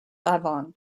avon